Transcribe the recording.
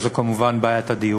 וזאת כמובן בעיית הדיור.